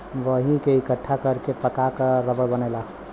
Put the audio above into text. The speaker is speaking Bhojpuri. वही के इकट्ठा कर के पका क रबड़ बनेला